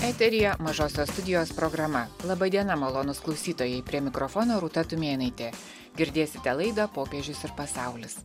eteryje mažosios studijos programa laba diena malonūs klausytojai prie mikrofono rūta tumėnaitė girdėsite laidą popiežius ir pasaulis